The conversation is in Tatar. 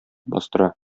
бастыра